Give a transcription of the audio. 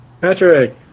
Patrick